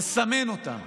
לסמן אותם,